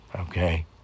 okay